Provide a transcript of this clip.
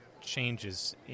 changes